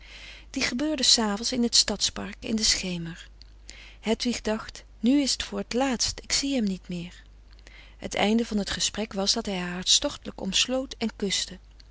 die gebeurde s avonds in het stadspark in den schemer hedwig dacht nu is t voor t laatst ik zie hem niet meer het einde van t gesprek was dat hij haar hartstochtelijk omsloot en kuste